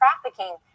trafficking